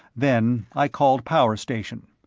then i called power section.